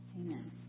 Amen